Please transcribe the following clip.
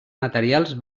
materials